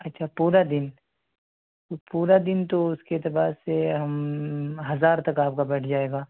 اچھا پورا دن پورا دن تو اس کے اعتبار سے ہم ہزار تک آپ کا بیٹھ جائے گا